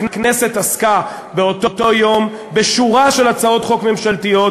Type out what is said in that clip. הכנסת עסקה באותו יום בשורה של הצעות חוק ממשלתיות,